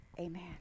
Amen